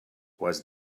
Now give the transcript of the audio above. was